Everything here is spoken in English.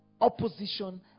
opposition